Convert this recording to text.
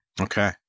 okay